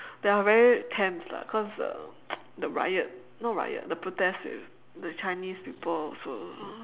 they are very tense lah cause the the riot no riot the protest with the chinese people also